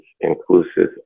inclusive